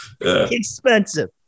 expensive